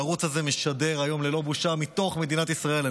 הערוץ הזה משדר היום ללא בושה מתוך מדינת ישראל.